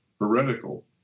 heretical